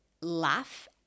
laugh